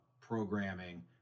programming